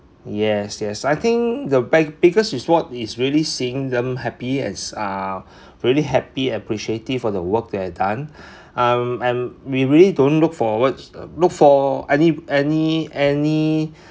yes yes I think the bag~ biggest is what is really seeing them happy and um really happy and appreciative for the work that I done I'm I'm we really don't look forward look for any any any